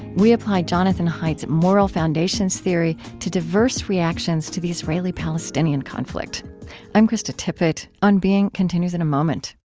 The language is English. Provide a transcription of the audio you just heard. we apply jonathan haidt's moral foundations theory to diverse reactions to the israeli-palestinian conflict i'm krista tippett. on being continues in a moment